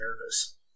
nervous